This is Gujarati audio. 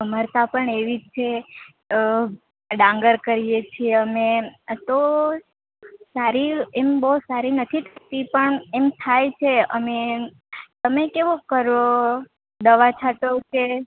અમારે તાં પણ એવી જ છે ડાંગર કરીએ છીએ અમે આતો સારી એમ બોઉ સારી નથી થતી પણ એમ થાય છે અમે તમે કેવુ કરો દવા છાંટો કે